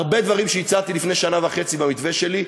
הרבה דברים שהצעתי לפני שנה וחצי במתווה שלי,